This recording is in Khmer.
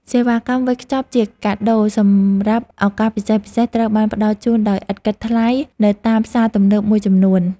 សេវាកម្មវេចខ្ចប់ជាកាដូសម្រាប់ឱកាសពិសេសៗត្រូវបានផ្ដល់ជូនដោយឥតគិតថ្លៃនៅតាមផ្សារទំនើបមួយចំនួន។